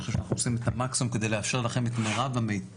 אני חושב שאנחנו עושים את המקסימום כדי לאפשר לכם את מירב המידע,